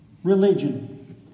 religion